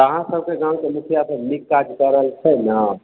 अहाँसभके गामके मुखिआसभ नीक काज कऽ रहल छै ने